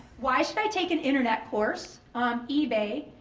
why should i take an internet course? um ebay,